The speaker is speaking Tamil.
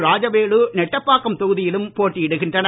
ராஜவேலு நெட்டப்பாக்கம் தொகுதியிலும் போட்டியிடுகின்றனர்